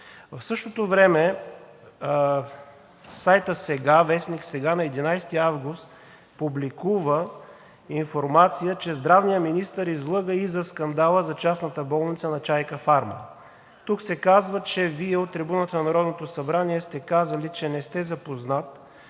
В същото време сайтът „Сега“, вестник „Сега“, на 11 август публикува информация, че здравният министър излъга и за скандала за частната болница на „Чайкафарма“. Тук се казва, че Вие от трибуната на Народното събрание сте казали, че не сте запознат